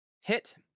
Hit